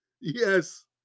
Yes